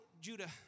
Judah